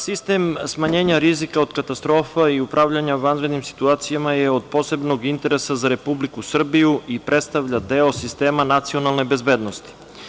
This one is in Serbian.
Sistem smanjenja rizika od katastrofa i upravljanja u vanrednim situacijama je od posebnom interesa za Republiku Srbiju i predstavlja deo sistema nacionalne bezbednosti.